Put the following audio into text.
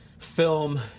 film